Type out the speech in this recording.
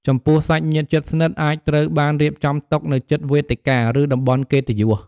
ចំពោះសាច់ញាតិជិតស្និទ្ធអាចត្រូវបានរៀបចំតុនៅជិតវេទិកា ឬតំបន់កិត្តិយស។